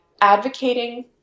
advocating